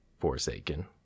Forsaken